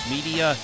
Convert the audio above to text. Media